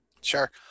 Sure